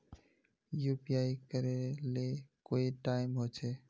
UPI करे ले कोई टाइम होचे?